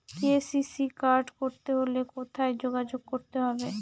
KCC card করতে হলে কোথায় যোগাযোগ করতে হবে?